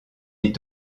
est